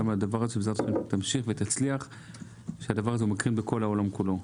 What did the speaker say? בעזרת ה' תמשיך ותצליח כי הדבר הזה מקרין לכל העולם כולו.